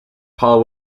paul